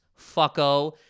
fucko